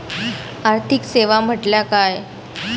आर्थिक सेवा म्हटल्या काय?